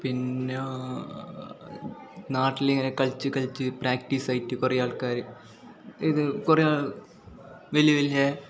പിന്നെ നാട്ടിലിങ്ങനെ കളിച്ച് കളിച്ച് പ്രാക്ടീസ്സായിട്ട് കുറേ ആൾക്കാർ ഇത് കുറേ വലിയ വലിയ